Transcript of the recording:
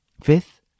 Fifth